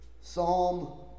Psalm